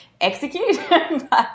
execute